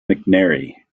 mcnairy